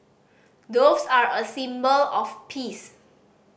doves are a symbol of peace